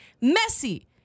Messy